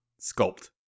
sculpt